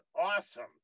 awesome